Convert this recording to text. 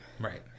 Right